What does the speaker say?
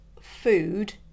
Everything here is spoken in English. food